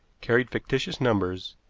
carried fictitious numbers,